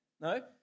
No